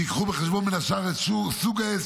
שיביאו בחשבון בין השאר את סוג העסק,